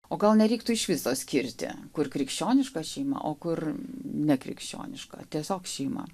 o gal nereiktų iš viso skirti kur krikščioniška šeima o kur nekrikščioniška tiesiog šeima